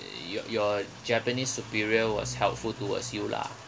your your japanese superior was helpful towards you lah